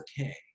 okay